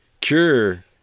cure